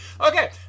Okay